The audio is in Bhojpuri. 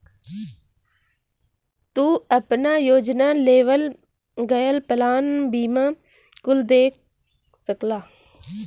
तू आपन योजना, लेवल गयल प्लान बीमा कुल देख सकला